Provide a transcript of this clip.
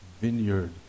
vineyard